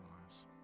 lives